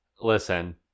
Listen